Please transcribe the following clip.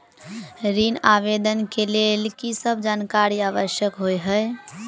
ऋण आवेदन केँ लेल की सब जानकारी आवश्यक होइ है?